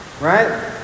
Right